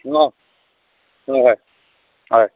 অ অ হয়